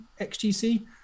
XGC